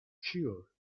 cure